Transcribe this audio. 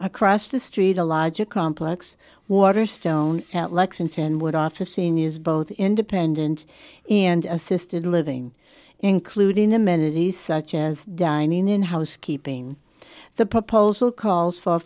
across the street a larger complex waterstones at lexington would offer seniors both independent and assisted living including amenities such as dining in housekeeping the proposal calls for